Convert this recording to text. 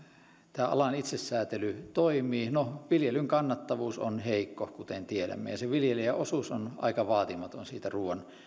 tämä alan itsesäätely toimii no viljelyn kannattavuus on heikko kuten tiedämme ja se viljelijän osuus on aika vaatimaton siitä ruuan